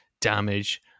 damage